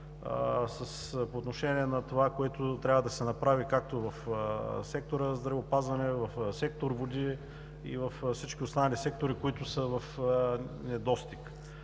по отношение на това, което трябва да се направи, както в сектор „Здравеопазване“, в сектор „Води“ и във всички останали сектори, които са в недостиг.